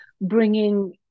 bringing